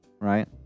right